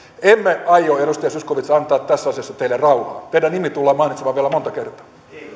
emme aio edustaja zyskowicz antaa tässä asiassa teille rauhaa teidän nimenne tullaan mainitsemaan vielä monta kertaa